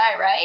right